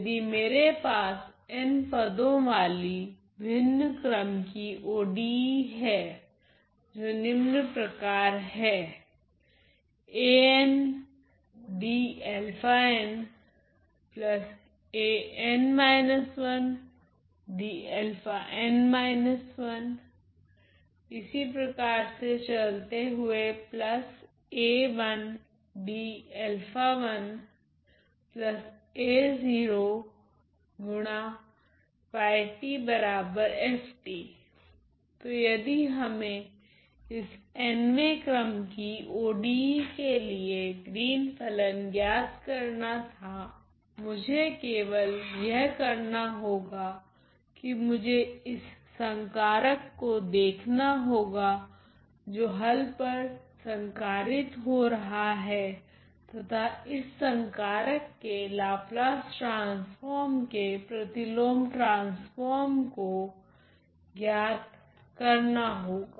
यदि मेरे पास n पदो वाली भिन्न क्रम की ODE है जो निम्न प्रकार हैं तो यदि हमे इस nवें क्रम की ODE के लिए ग्रीन फलन ज्ञात करना था मुझे केवल यह करना होगा कि मुझे इस संकारक को देखना होगा जो हल पर संकारित हो रहा है तथा इस संकारक के लाप्लास ट्रांसफोर्म के प्रतिलोम ट्रांसफोर्म को ज्ञात करना होगा